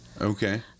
Okay